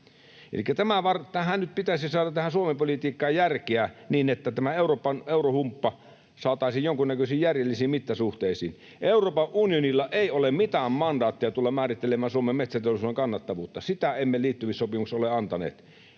Elikkä nyt pitäisi saada Suomen politiikkaan järkeä, niin että tämä eurohumppa saataisiin jonkunnäköisiin järjellisiin mittasuhteisiin. Euroopan unionilla ei ole mitään mandaattia tulla määrittelemään Suomen metsäteollisuuden kannattavuutta. Sitä emme liittymissopimuksessa ole antaneet,